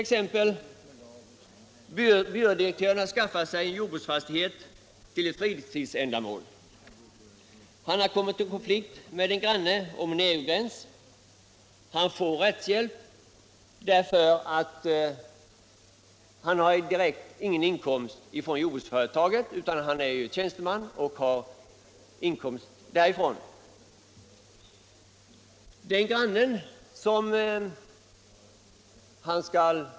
En byrådirektör har skaffat sig en jordbruksfastighet för fritidsändamål. Han har kommit i konflikt med en granne om en ägogräns. Han får rättshjälp därför att han har ingen inkomst från jordbruksföretaget. Grannen som han processar med är lantbrukare. De båda jordbruken är lika stora.